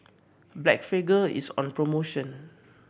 Blephagel is on promotion